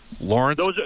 Lawrence